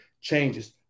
changes